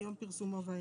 מיום פרסומו ואילך.